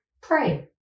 pray